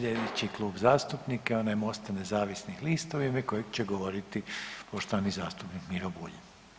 Sljedeći klub zastupnika je onaj Mosta nezavisnih lista u ime kojeg će govoriti poštovani zastupnik Miro Bulj.